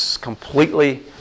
completely